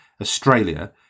Australia